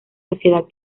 sociedad